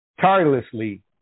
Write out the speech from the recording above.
tirelessly